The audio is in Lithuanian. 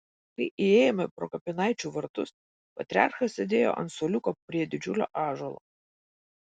kai įėjome pro kapinaičių vartus patriarchas sėdėjo ant suoliuko prie didžiulio ąžuolo